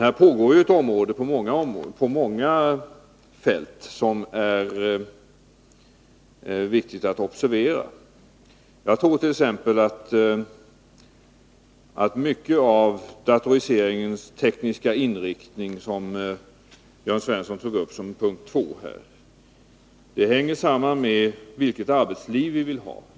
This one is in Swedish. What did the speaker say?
Här pågår ett arbete inom många områden, vilket är viktigt att observera. Jag tror t.ex. att mycket av datoriseringens tekniska inriktning, som Jörn Svensson tog upp som sin andra punkt, hänger samman med vilket arbetsliv vi vill ha.